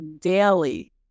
daily